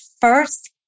first